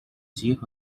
集合